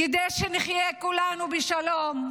כדי שנחיה כולנו בשלום,